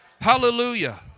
Hallelujah